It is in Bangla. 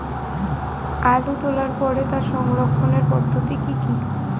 আলু তোলার পরে তার সংরক্ষণের পদ্ধতি কি কি?